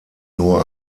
nur